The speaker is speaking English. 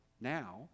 now